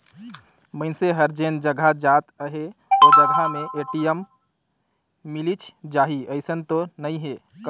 मइनसे हर जेन जघा जात अहे ओ जघा में ए.टी.एम मिलिच जाही अइसन तो नइ हे